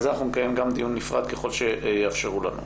על זה נקיים דיון נפרד ככל שיאפשרו לי.